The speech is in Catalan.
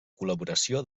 col·laboració